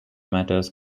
matters